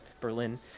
Berlin